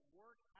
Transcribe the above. work